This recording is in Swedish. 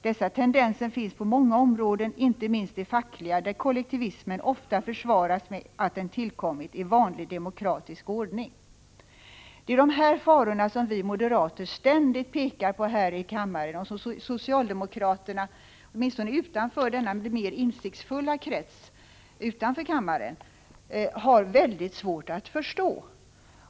Dessa tendenser finns på många områden, inte minst det fackliga där kollektivismen ofta försvaras med att den tillkommit ”i vanlig demokratisk ordning”.” Det är dessa faror som vi moderater ständigt pekar på här i kammaren och som socialdemokraterna — åtminstone utanför den mer insiktsfulla kretsen utanför denna kammare — har väldigt svårt att förstå.